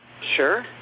Sure